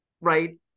right